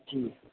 جی